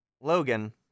Logan